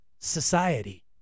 society